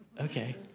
okay